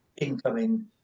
incoming